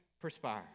perspire